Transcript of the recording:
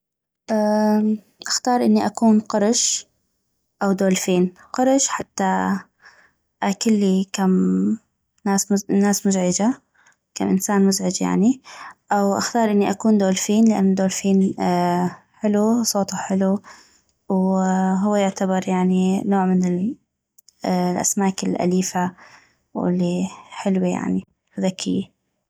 اختار اني اكون قرش او دولفين قرش حتى اكلي كم ناس مزعجة كم انسان مزعج يعني او اختار اني اكون دولفين لان الدولفين حلو وصوتو حلو وهو يعتبر يعني نوع من الأسماك الأليفة والي حلوي يعني وذكيي